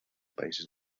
países